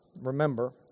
remember